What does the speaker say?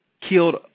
killed